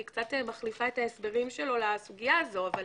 קצת מחליפה את ההסברים שלו לסוגיה הזאת אבל